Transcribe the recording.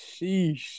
Sheesh